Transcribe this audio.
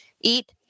Eat